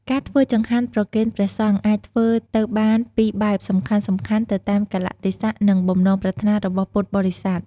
ការធ្វើចង្ហាន់ប្រគេនព្រះសង្ឃអាចធ្វើទៅបានពីរបែបសំខាន់ៗទៅតាមកាលៈទេសៈ និងបំណងប្រាថ្នារបស់ពុទ្ធបរិស័ទ។